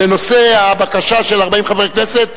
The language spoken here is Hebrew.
בנושא הבקשה של 40 חברי הכנסת,